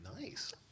Nice